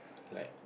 like